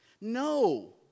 No